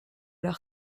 leur